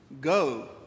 go